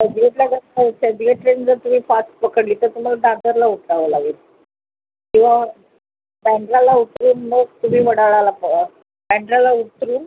चर्चगेटला बसल्यावर चर्चगेटवरून जर तुम्ही फास्ट पकडली तर तुम्हाला दादरला उतरावं लागेल किंवा बँड्राला उतरून मग तुम्ही वडाळ्याला प बँड्राला उतरून